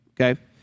okay